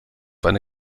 eine